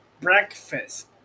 breakfast